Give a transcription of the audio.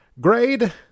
Grade